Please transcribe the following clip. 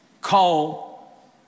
call